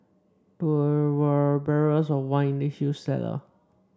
there were are barrels of wine in the huge cellar